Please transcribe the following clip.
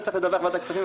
צריך לדווח לוועדת הכספים.